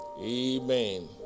Amen